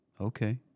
Okay